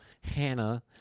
Hannah